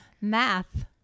math